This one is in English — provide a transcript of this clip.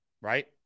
right